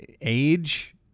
age